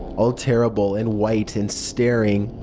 all terrible and white and staring.